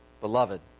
Beloved